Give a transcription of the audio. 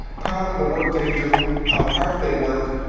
proud of the work they do, how hard they work,